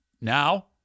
Now